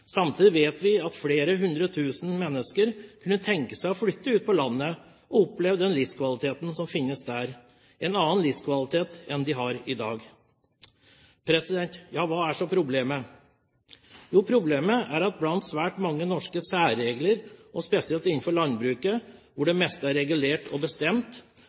Samtidig vet vi at flere hundre tusen mennesker kunne tenke seg å flytte ut på landet og oppleve den livskvaliteten som finnes der, en annen livskvalitet enn den de har i dag. Hva er så problemet? Jo, problemet er at blant svært mange norske særregler, spesielt innenfor landbruket hvor det meste er regulert og bestemt,